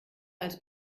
als